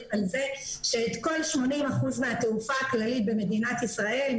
על כך שאת כל 80 האחוזים מהתעופה הכללית במדינת ישראל,